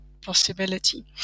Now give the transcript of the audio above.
possibility